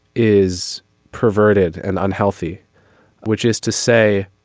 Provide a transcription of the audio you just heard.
is perverted and unhealthy which is to say